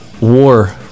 war